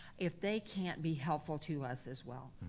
if they can't be helpful to us as well.